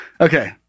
Okay